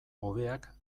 hobeak